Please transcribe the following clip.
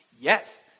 yes